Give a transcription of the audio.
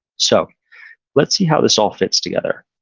so let's see how this all fits together.